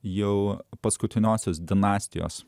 jau paskutiniosios dinastijos